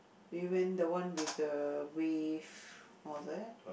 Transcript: we went the one with the wave what was that